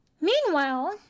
Meanwhile